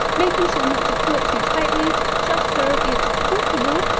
making sure not to pull it too tightly, just so it's comfortable,